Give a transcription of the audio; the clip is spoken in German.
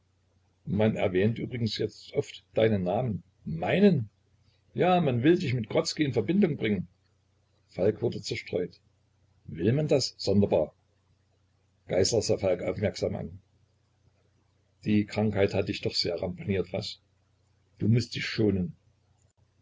man erwähnt übrigens jetzt oft deinen namen meinen ja man will dich mit grodzki in verbindung bringen falk wurde zerstreut will man das sonderbar geißler sah falk aufmerksam an die krankheit hat dich doch sehr ramponiert was du mußt dich schonen